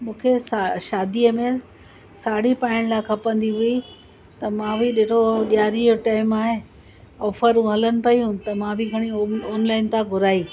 मूंखे सा शादीअ में साड़ी पाइण लाइ खपंदी हुई त मां बि ॾिठो ॾियारीअ जो टाइम आहे ऑफ़रूं हलनि पेयूं त मां बि घणियूं ऑ ऑनलाइन था घुराई